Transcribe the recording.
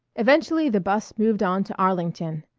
eventually the bus moved on to arlington.